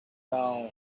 down